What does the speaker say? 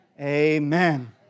amen